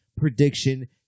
Prediction